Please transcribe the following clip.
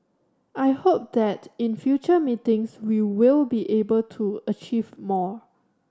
I hope that in future meetings we will be able to achieve more